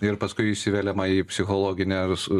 ir paskui įsiveliama į psichologines